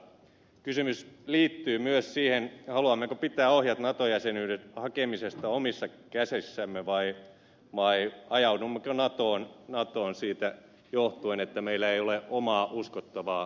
kysymys liittyy myös siihen haluammeko pitää ohjat nato jäsenyyden hakemisesta omissa käsissämme vai ajaudummeko natoon siitä johtuen että meillä ei ole omaa uskottavaa maanpuolustusta